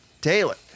taylor